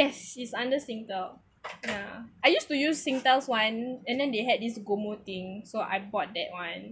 yes its' under Singtel yeah I used to use Singtel once and then they had this GOMO thing so I bought that one